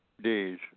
days